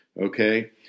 okay